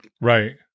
Right